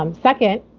um second,